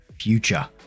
future